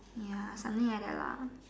ya something like that lah